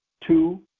Two